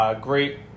Great